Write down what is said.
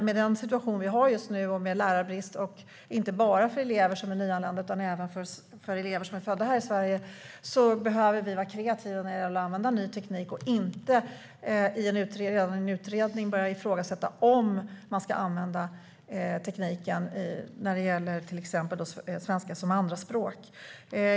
Med den situation vi har just nu med lärarbrist inte bara för elever som är nyanlända utan även för elever som är födda här i Sverige behöver vi vara kreativa när det gäller att använda ny teknik. Vi ska inte i en utredning börja ifrågasätta om man ska använda tekniken för till exempel svenska som andraspråk.